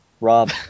Rob